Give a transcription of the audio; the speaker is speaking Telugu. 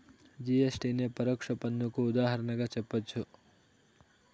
జి.ఎస్.టి నే పరోక్ష పన్నుకు ఉదాహరణగా జెప్పచ్చు